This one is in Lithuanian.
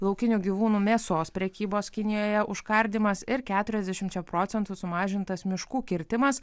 laukinių gyvūnų mėsos prekybos kinijoje užkardymas ir keturiasdešimčia procentų sumažintas miškų kirtimas